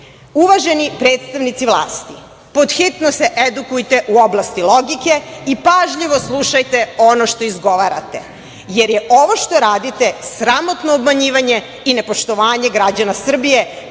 Srbije“.Uvaženi predstavnici vlasti, podhitno se edukujte u oblasti logike i pažljivo slušajte ono što izgovarate, jer je ovo što radite sramotno obmanjivanje i ne poštovanje građana Srbije,